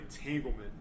entanglement